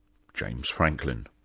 james franklin.